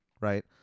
right